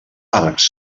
arcs